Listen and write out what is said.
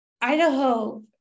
Idaho